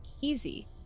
easy